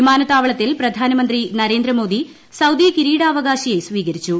വിമാനത്താവളത്തിൽ പ്രധാനമന്ത്രി നരേന്ദ്രമോദി സൌദി കിരീടാവകാശിയെ സ്വീകരിച്ചു